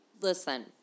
Listen